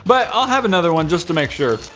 but i'll have another one just to make sure